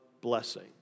blessing